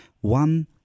one